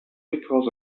because